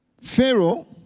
Pharaoh